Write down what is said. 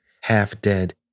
half-dead